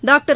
doctor